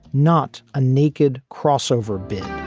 not a naked crossover bit